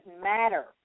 matter